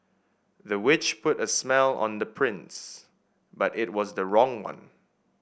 the witch put a spell on the prince but it was the wrong one